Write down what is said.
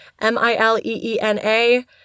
M-I-L-E-E-N-A